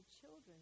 children